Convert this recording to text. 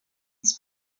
his